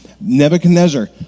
Nebuchadnezzar